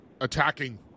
attacking